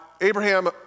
Abraham